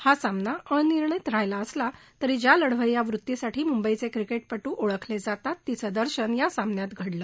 हा सामना अनिर्णित राहिला असला तरी ज्या लढवय्या वृत्तीसाठी मुंबईचे क्रिकेटपट्र ओळखले जातात तिचं दर्शन या सामन्यात घडलं